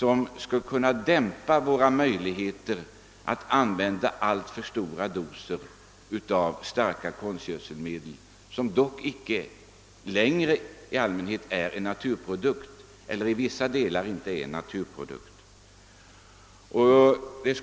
Om dessa försök lyckas skulle vi slippa använda alltför stora doser av starka konstgödselmedel, som i allmänhet, i varje fall till vissa delar, inte längre är naturprodukter.